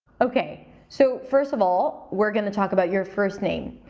okay so first of all, we're gonna talk about your first name.